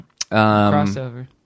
Crossover